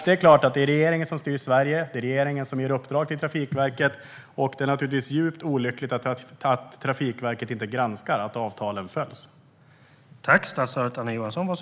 Det är regeringen som styr Sverige och ger uppdrag till Trafikverket, och det är naturligtvis djupt olyckligt att Trafikverket inte granskar att avtalen följs.